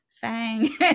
fang